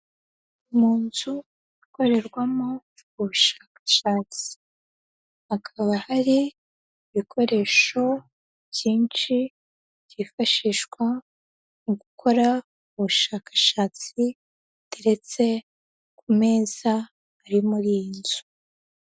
Mu nzu ikorerwamo ubushakashatsi, hakaba hari ibikoresho byinshi byifashishwa mu gukora ubushakashatsi biteretse ku meza ari muri iyi nzu.